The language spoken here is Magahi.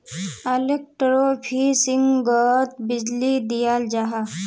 एलेक्ट्रोफिशिंगोत बीजली दियाल जाहा